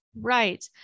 Right